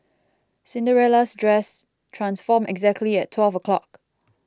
Cinderella's dress transformed exactly at twelve o' clock